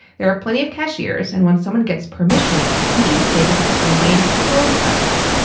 there are plenty of cashiers and when someone gets permission to pee, they just put the lane is closed. sign up.